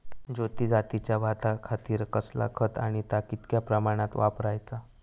ज्योती जातीच्या भाताखातीर कसला खत आणि ता कितक्या प्रमाणात वापराचा?